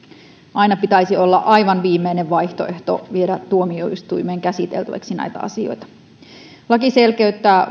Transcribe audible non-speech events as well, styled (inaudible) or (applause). aina pitäisi olla aivan viimeinen vaihtoehto viedä tuomioistuimeen käsiteltäväksi näitä asioita laki selkeyttää (unintelligible)